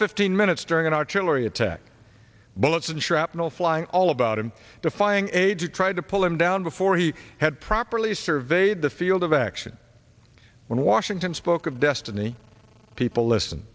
fifteen minutes during an artillery attack bullets and shrapnel flying all about him defying age it tried to pull him down before he had properly surveyed the field of action when washington spoke of destiny people listen